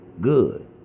good